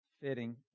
fitting